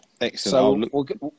Excellent